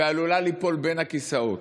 ועלולה ליפול בין הכיסאות.